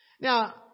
now